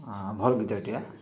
ଭଲ୍ ଗୀତଟିଏ